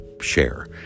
share